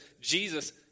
Jesus